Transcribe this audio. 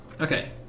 Okay